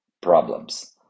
problems